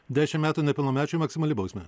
dešimt metų nepilnamečiui maksimali bausmė